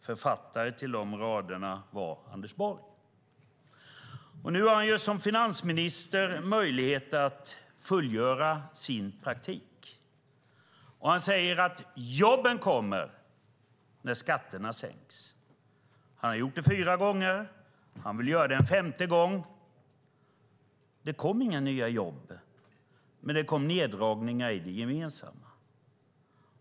Författare till dessa rader är Anders Borg. Nu har han som finansminister möjlighet att fullgöra sin praktik. Han säger att jobben kommer när skatterna sänks. Han har gjort det fyra gånger, och han vill göra det en femte gång. Det kom inga nya jobb, men det kom neddragningar i det gemensamma.